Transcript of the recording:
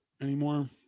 anymore